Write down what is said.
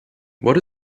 what